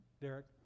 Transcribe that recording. Derek